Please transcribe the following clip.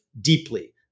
deeply